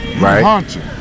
right